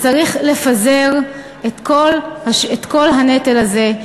וצריך לפזר את כל הנטל הזה.